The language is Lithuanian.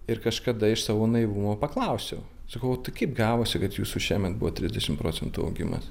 ir kažkada iš savo naivumo paklausiau sakau tai kaip gavosi kad jūsų šiemet buvo trisdešimt procentų augimas